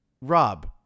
Rob